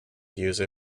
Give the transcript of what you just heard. use